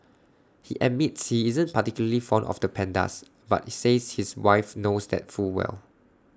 he admits he isn't particularly fond of the pandas but says his wife knows that full well